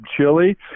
chili